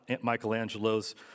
Michelangelo's